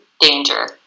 danger